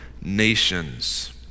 nations